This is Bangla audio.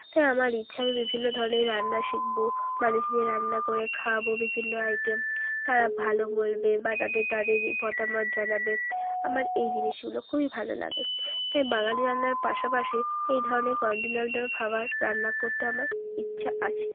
তাই আমার ইচ্ছা আমি বিভিন্ন ধরনের রান্না শিখবো মানুষদের রান্না করে খাওয়াবো বিভিন্ন আইটেম তারা ভালো বলবে বা তাদের তাদের মতামত জানাবে আমার এই জিনিসগুলো খুবই ভালো লাগে তাই বাঙালি রান্নার পাশাপাশি এই ধরনের কন্টিনেন্টাল খাবার রান্না করতে আমার ইচ্ছা আছে